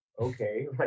Okay